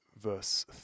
verse